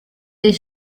des